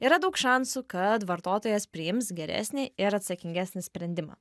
yra daug šansų kad vartotojas priims geresnį ir atsakingesnį sprendimą